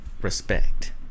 respect